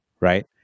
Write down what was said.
right